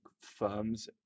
firms